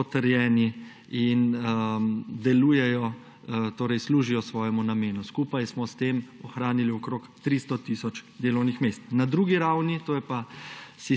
potrjeni in delujejo, torej služijo svojemu namenu. Skupaj smo s tem ohranili okrog 300 tisoč delovnih mest. Na drugi ravni, to je pa